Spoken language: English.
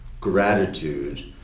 gratitude